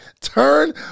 turn